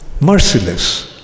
Merciless